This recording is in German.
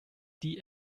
die